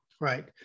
right